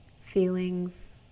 feelings